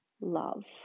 love